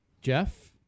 Jeff